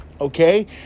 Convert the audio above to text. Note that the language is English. okay